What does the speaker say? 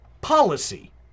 policy